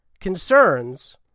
concerns